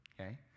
Okay